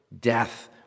death